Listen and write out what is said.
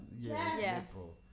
Yes